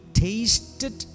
tasted